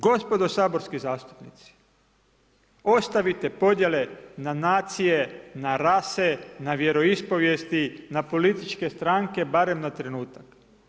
Gospodo saborski zastupnici, ostavite podjele na nacije, na rase, na vjeroispovijesti, na političke stranke barem na trenutak.